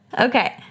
Okay